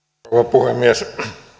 puhemies